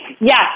Yes